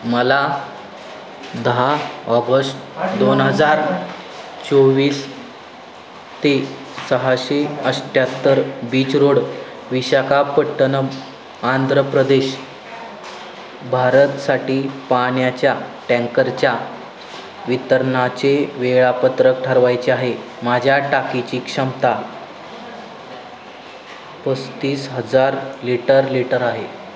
मला दहा ऑगस्ट दोन हजार चोवीस ते सहाशे अठ्ठ्याहत्तर बीचरोड विशाखापट्टणम आंध्र प्रदेश भारतसाठी पाण्याच्या टँकरच्या वितरणाचे वेळापत्रक ठरवायचे आहे माझ्या टाकीची क्षमता पस्तीस हजार लीटर लीटर आहे